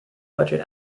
budget